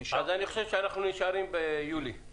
אני חושב שאנחנו נשארים ביולי,